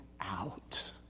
out